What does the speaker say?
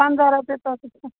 پنٛژاہ رۄپیہِ